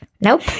Nope